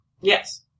Yes